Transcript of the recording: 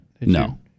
No